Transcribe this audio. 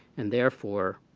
and therefore,